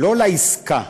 לא העסקה,